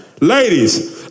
Ladies